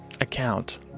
account